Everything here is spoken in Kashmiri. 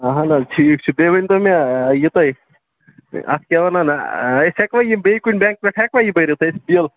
اَہَن حظ ٹھیٖک چھُ بیٚیہِ ؤنۍتو مےٚ یہِ تُہۍ اَتھ کیٛاہ وَنان أسۍ ہٮ۪کوا یِم بیٚیہِ کُنہِ بینٛکہٕ پٮ۪ٹھ ہٮ۪کوا یہِ بٔرِتھ أسۍ بِل